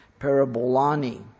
Parabolani